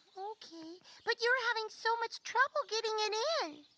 okay but you're having so much trouble getting it in.